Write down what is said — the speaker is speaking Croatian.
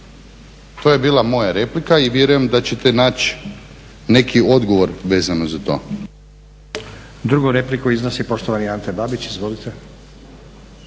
To je bila moja replika i vjerujem da ćete naći neki odgovor vezano za to.